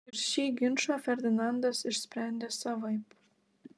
ir šį ginčą ferdinandas išsprendė savaip